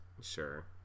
Sure